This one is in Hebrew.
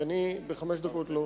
כי אני בחמש דקות לא